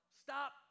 stop